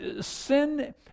Sin